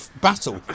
battle